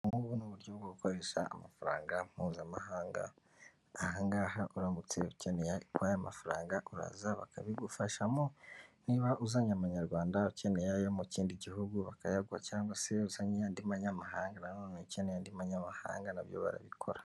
Nkubu ni uburyo bwo gukoresha amafaranga mpuzamahanga ahangaha uramutse ukeneye aya mafaranga, uraza bakabigufashamo niba uzanye amanyarwanda ukeneye ayo mu kindi gihugu, bakayagwa cyangwa se uzanye andi Y'anyamahanga nano ukeneye undi munyamahanga nabyo barabikora.